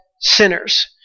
sinners